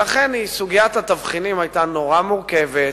סוגיית התבחינים היתה מאוד מורכבת,